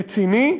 רציני,